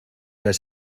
les